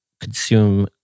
consume